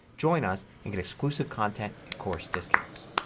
join us and get exclusive content and course discounts.